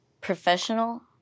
professional